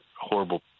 horrible